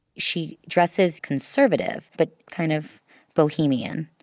she dresses conservative but kind of bohemian.